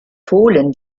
fohlen